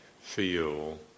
feel